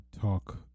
talk